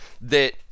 that-